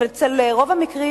ברוב המקרים,